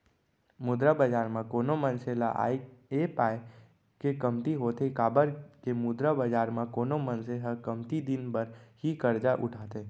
मुद्रा बजार म कोनो मनसे ल आय ऐ पाय के कमती होथे काबर के मुद्रा बजार म कोनो मनसे ह कमती दिन बर ही करजा उठाथे